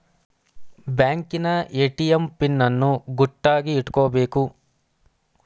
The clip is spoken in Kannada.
ಬ್ಯಾಂಕಿನ ಎ.ಟಿ.ಎಂ ಪಿನ್ ಅನ್ನು ಗುಟ್ಟಾಗಿ ಇಟ್ಕೊಬೇಕು